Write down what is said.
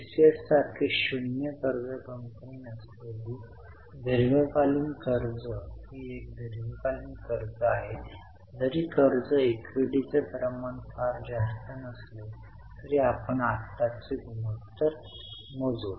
टीसीएससारखी शून्य कर्ज कंपनी नसलेली दीर्घकालीन कर्ज ही एक दीर्घकालीन कर्ज आहे जरी कर्ज इक्विटीचे प्रमाण फार जास्त नसले तरी आपण आताचे गुणोत्तर मोजू